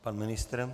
Pan ministr?